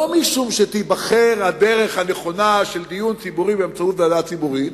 לא משום שתיבחר הדרך הנכונה של דיון ציבורי באמצעות ועדה ציבורית,